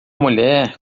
mulher